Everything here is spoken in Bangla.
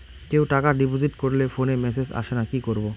কেউ টাকা ডিপোজিট করলে ফোনে মেসেজ আসেনা কি করবো?